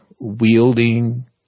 wielding